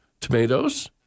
Tomatoes